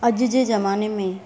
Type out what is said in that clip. अॼु जे ज़माने में